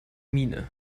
miene